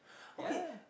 ya